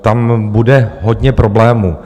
Tam bude hodně problémů.